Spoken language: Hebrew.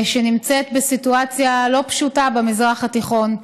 שנמצאת בסיטואציה לא פשוטה במזרח התיכון.